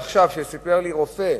סיפור שסיפר לי עכשיו רופא,